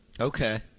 Okay